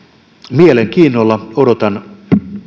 mielenkiinnolla odotan